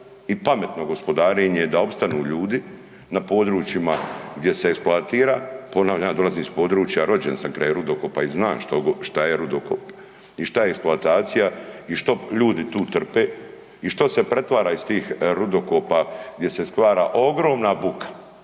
i pametno gospodarenje da opstanu ljudi na područjima gdje se eksploatira, ponavljam ja dolazim iz područja rođen sam kraj rudokopa i znam šta je rudokop i šta je eksploatacija i što ljudi tu trpe i što se pretvara iz tih rudokopa gdje se stvara ogromna buka.